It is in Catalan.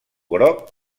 groc